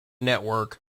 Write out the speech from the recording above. network